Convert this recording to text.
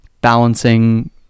balancing